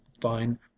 fine